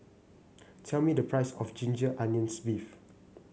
tell me the price of Ginger Onions beef